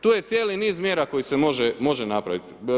Tu je cijeli niz mjera, koje se može napraviti.